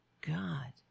God